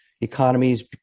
economies